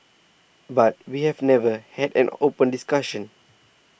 but we have never had an open discussion